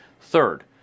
Third